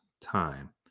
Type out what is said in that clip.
time